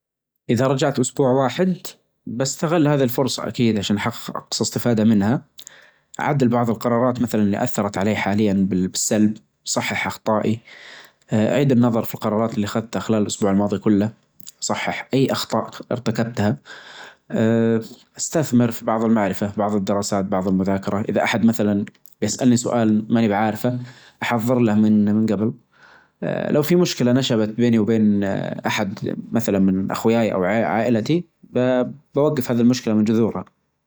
إذا رجعت أسبوع واحد بستغل هذي الفرصة أكيد عشان أحقق أقصى إستفادة منها، عدل بعض القرارات مثلا اللي أثرت علي حاليا بال-بالسلب، أصحح أخطائي، أ أعيد النظر في القرارات اللي أخذتها خلال الاسبوع الماضي كله، صحح أي أخطاء ارتكبتها، أ استثمر في بعض المعرفة بعض الدراسات بعض المذاكرة إذا أحد مثلا يسألني سؤال ماني بعارفه أحظر له من-من قبل، آآ لو في مشكلة نشبت بيني وبين آآ أحد مثلا من أخوياي أو عائلتي ب-بوقف هذي المشكلة من جذورها.